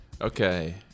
Okay